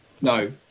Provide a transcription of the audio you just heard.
no